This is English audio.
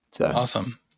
Awesome